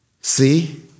See